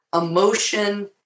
emotion